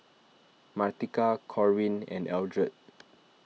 Martika Corwin and Eldred